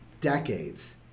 decades